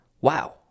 wow